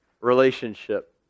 relationship